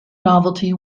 novelty